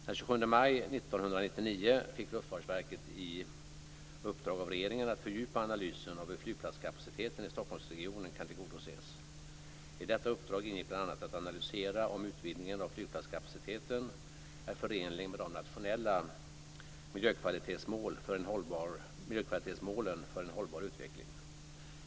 Den 27 maj 1999 fick Luftfartsverket i uppdrag av regeringen att fördjupa analysen av hur flygplatskapaciteten i Stockholmsregionen kan tillgodoses. I detta uppdrag ingick bl.a. att analysera om utvidgningen av flygplatskapaciteten är förenlig med de nationella miljökvalitetsmålen för en hållbar utveckling.